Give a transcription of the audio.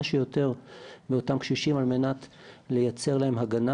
שיותר באותם קשישים על מנת לייצר להם הגנה